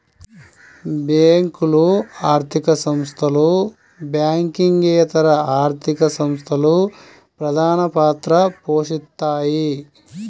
బ్యేంకులు, ఆర్థిక సంస్థలు, బ్యాంకింగేతర ఆర్థిక సంస్థలు ప్రధానపాత్ర పోషిత్తాయి